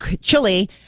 chili